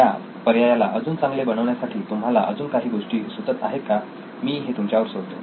या पर्यायाला अजून चांगले बनवण्यासाठी तुम्हाला अजून काही गोष्टी सुचत आहेत का मी हे तुमच्यावर सोडतो